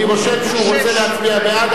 אני רושם שהוא רוצה להצביע בעד,